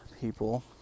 people